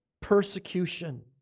persecution